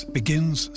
begins